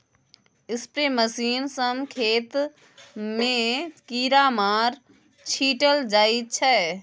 spray machine सँ खेत मे कीरामार छीटल जाइ छै